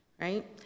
right